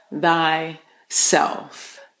thyself